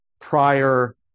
prior